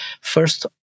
first